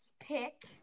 pick